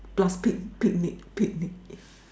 plus pic~ picnic picnic yeah